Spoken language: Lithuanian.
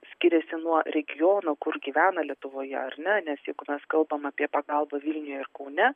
skiriasi nuo regionų kur gyvena lietuvoje ar ne nes juk mes kalbam apie pagalbą vilniuje ir kaune